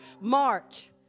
March